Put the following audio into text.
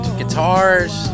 guitars